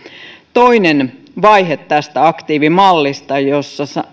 toinen vaihe tästä aktiivimallista jossa